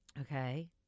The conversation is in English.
Okay